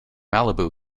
malibu